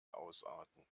ausarten